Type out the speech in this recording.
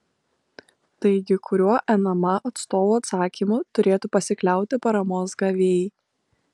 taigi kuriuo nma atstovų atsakymu turėtų pasikliauti paramos gavėjai